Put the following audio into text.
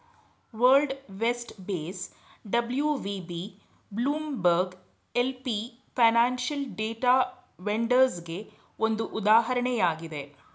world Vest Base WVB, Bloomberg LP financial data ವೆಂಡರ್ಸ್ಗೆಗೆ ಒಂದು ಉದಾಹರಣೆಯಾಗಿದೆ